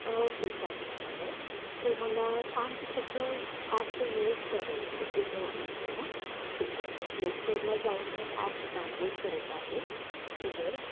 okay चालेल मिनल तू मला सांग की कसं ॲप हे यूज करायचं उभर म्हणले ना ठीक आहे मी प्लेस्टोरला जाऊन हे ॲप डाउनलोड करत आहे उबर